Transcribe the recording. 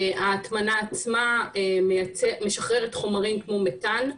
ההטמנה עצמה משחררת חומרים כמו מטל.